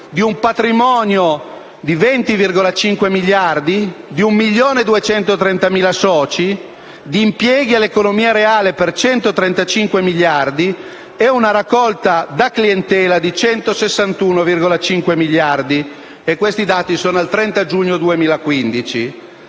di un patrimonio di 20,5 miliardi di euro; di 1.230.000 soci; di impieghi, nell'economia reale, per 135 miliardi e di una raccolta da clientela di 161,5 miliardi di euro. E questi sono dati al 30 giugno 2015.